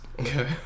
Okay